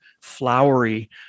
flowery